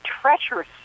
treacherous